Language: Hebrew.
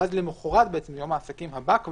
ואז למוחרת, ביום העסקים הבא,